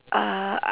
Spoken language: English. uh